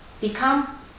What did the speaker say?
become